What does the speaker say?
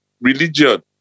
religion